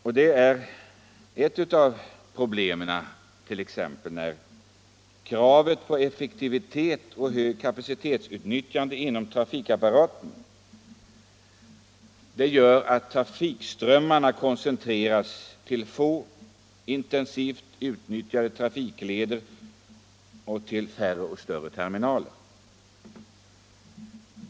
Om ett av dessa problem säger vi i motionen: ”Kravet på effektivitet och högt kapacitetsutnyttjande inom trafikapparaten gör att trafikströmmarna' koncentreras till få men intensivt utnyttjade trafikleder och till allt färre och större terminaler.